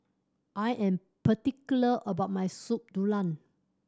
I am particular about my Soup Tulang